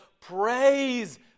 praise